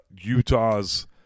Utah's